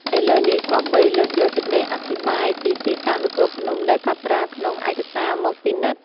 ឥឡូវនេះ គប្បីលើកយកសេចក្តីអធិប្បាយពីទីតាំងនគរភ្នំ ដែលកត់ត្រាក្នុង ឯកសារមកពិនិត្យ ។